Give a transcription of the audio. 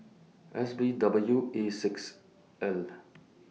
S B W A six L